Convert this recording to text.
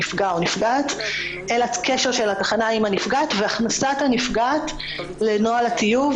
נפגע או נפגעת אלא קשר של התחנה עם הנפגעת והכנסת הנפגעת לנוהל הטיוב,